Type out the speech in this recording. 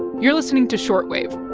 you're listening to short wave